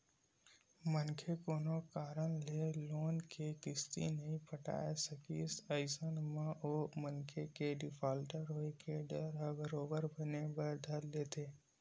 मनखे कोनो कारन ले लोन के किस्ती नइ पटाय सकिस अइसन म ओ मनखे के डिफाल्टर होय के डर ह बरोबर बने बर धर लेथे